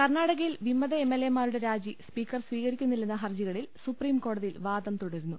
കർണാടകയിൽ വിമത എംഎൽഎമാരുടെ രാജി സ്പീക്കർ സ്വീകരിക്കുന്നില്ലെന്ന ഹർജികളിൽ സുപ്രീംകോടതി വാദം തുട രുന്നു